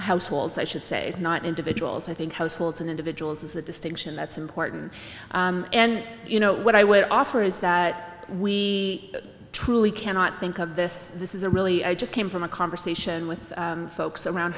households i should say not individuals i think households and individuals is a distinction that's important and you know what i would offer is that we truly cannot think of this this is a really i just came from a conversation with folks around